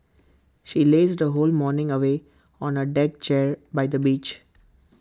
she lazed her whole morning away on A deck chair by the beach